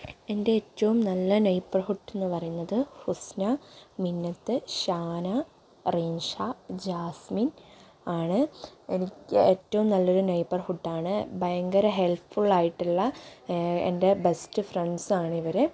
എൻറ്റെ ഏറ്റോം നല്ല നെയ്ബർഹൂഡെന്ന് പറയുന്നത് ഹുസ്ന മിന്നത്ത് ഷാന റിൻഷാ ജാസ്മിൻ ആണ് എനിക്ക് ഏറ്റോം നല്ലൊരു നെയ്ബർഹുഡാണ് ഭയങ്കര ഹെല്പ്ഫുള്ളായിട്ടുള്ള എൻറ്റെ ബെസ്റ്റ് ഫ്രണ്ട്സാണ് ഇവർ